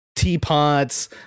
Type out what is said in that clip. teapots